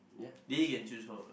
they can choose for us